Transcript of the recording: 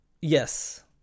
Yes